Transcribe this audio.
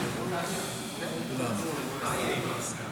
היושב-ראש.